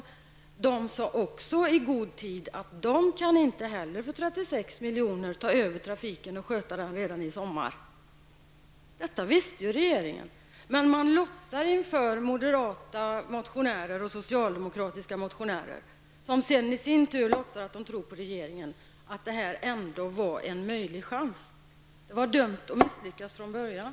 Också därifrån uttalades i god tid att man inte heller från det hållet för 36 milj.kr. kan ta över trafiken och sköta den redan i sommar. Detta visste ju regeringen, men man låtsar inför moderata och socialdemokratiska motionärer -- som sedan i sin tur låtsar att de tror på regeringen -- att detta ändå var en möjlig chans. Det var dömt att misslyckas från början.